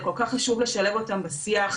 כל כך חשוב לשלב אותם בשיח,